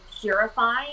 purify